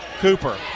Cooper